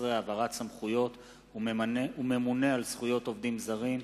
13) (העברת סמכויות וממונה על זכויות עובדים זרים),